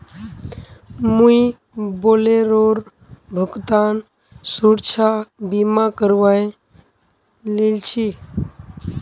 मुई बोलेरोर भुगतान सुरक्षा बीमा करवइ लिल छि